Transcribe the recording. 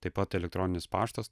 taip pat elektroninis paštas